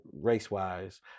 race-wise